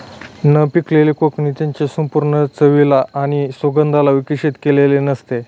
न पिकलेल्या कोकणे त्याच्या संपूर्ण चवीला आणि सुगंधाला विकसित केलेले नसते